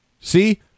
see